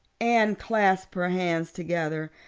anne clasped her hands together,